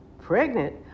pregnant